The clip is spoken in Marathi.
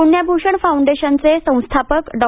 पुण्यभूषण फौंडेशनचे संस्थापक डॉ